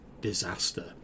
disaster